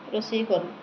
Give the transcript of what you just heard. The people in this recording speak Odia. ରୋଷେଇ କର